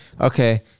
okay